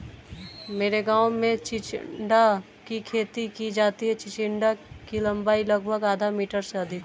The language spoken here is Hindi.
मेरे गांव में चिचिण्डा की खेती की जाती है चिचिण्डा की लंबाई लगभग आधा मीटर से अधिक होती है